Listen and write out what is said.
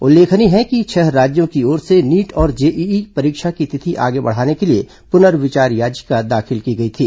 उल्लेखनीय है कि छह राज्यों की ओर से नीट और जेईई परीक्षा की तिथि आगे बढ़ाने के लिए पुनर्विचार याचिका दाखिल की गई थी